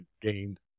gained